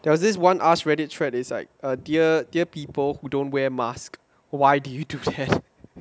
there was this [one] us Reddit thread is like a dear dear people who don't wear mask why did you that